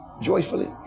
joyfully